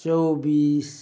चौबिस